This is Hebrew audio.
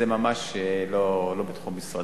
זה ממש לא בתחום משרדי.